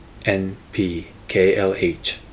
NPKLH